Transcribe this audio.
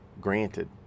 granted